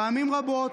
פעמים רבות,